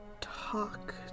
Talk